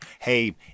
Hey